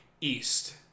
east